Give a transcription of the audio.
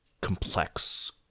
complex